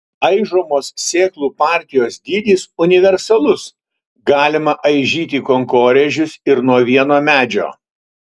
aižomos sėklų partijos dydis universalus galima aižyti kankorėžius ir nuo vieno medžio